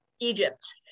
Egypt